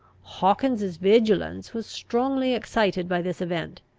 hawkins's vigilance was strongly excited by this event,